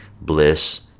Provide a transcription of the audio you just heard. bliss